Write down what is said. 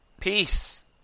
peace